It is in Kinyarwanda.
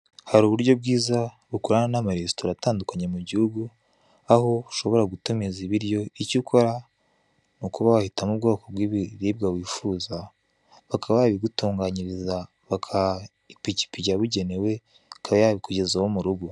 Hari uburyo bwiza bukorana n'amaresitora atandukanye mugihugu, aho ushobora gutumiza ibiryo icyo ukora, ni ukuba wahitamo ubwoko bw'ibiribwa wifuza. Bakaba babigutunganyiriza bagaha ipikipiki yabigenewe, ikaba yabikugezaho murugo.